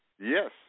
yes